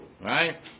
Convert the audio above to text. right